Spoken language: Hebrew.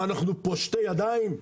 מה, אנחנו פושטי ידיים?